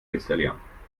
installieren